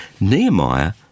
Nehemiah